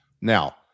Now